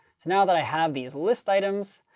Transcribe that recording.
so now that i have these list items,